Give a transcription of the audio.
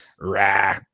rah